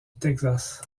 texas